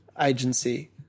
agency